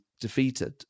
defeated